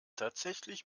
tatsächlich